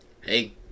Hey